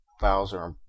Bowser